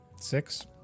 Six